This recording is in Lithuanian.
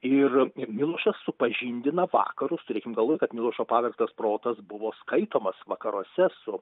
ir miošas supažindina vakarus turėkim galvoj kad milošo pavergtas protas buvo skaitomas vakaruose su